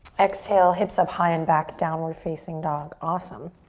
exhale, hips up high and back, downward facing dog, awesome.